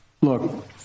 look